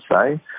say